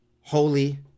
holy